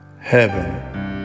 Heaven